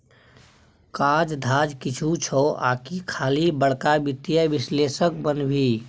काज धाज किछु छौ आकि खाली बड़का वित्तीय विश्लेषक बनभी